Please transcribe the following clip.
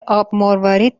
آبمروارید